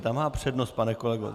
Ta má přednost, pane kolego.